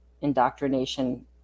indoctrination